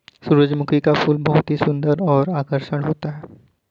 सुरजमुखी का फूल बहुत ही सुन्दर और आकर्षक होता है